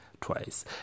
twice